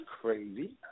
crazy